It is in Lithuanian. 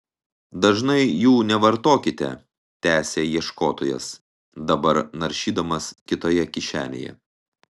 dažnai jų nevartokite tęsė ieškotojas dabar naršydamas kitoje kišenėje